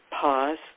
pause